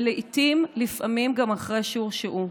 ולעיתים גם אחרי שהורשעו.